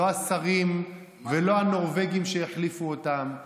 לא השרים ולא הנורבגים שהחליפו אותם.